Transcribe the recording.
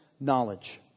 knowledge